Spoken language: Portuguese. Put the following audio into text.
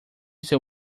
seu